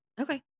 Okay